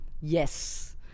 Yes